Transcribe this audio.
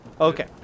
Okay